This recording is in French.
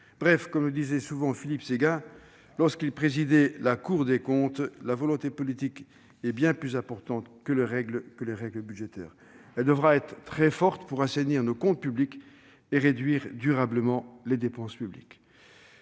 Bref, comme le disait souvent Philippe Séguin lorsqu'il présidait la Cour des comptes, la volonté politique est bien plus importante que les règles budgétaires. Elle devra être très forte pour assainir nos comptes publics et réduire durablement les dépenses publiques.